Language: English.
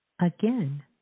again